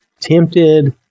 Tempted